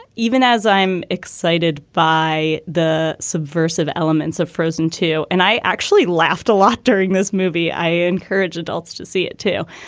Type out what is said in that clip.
even as i'm excited by the subversive elements of frozen, too. and i actually laughed a lot during this movie. i encourage adults to see it, too.